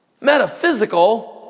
Metaphysical